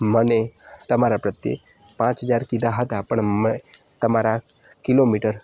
મને તમારા પ્રત્યે પાંચ હજાર કીધા હતા પણ મેં તમારા કિલોમીટર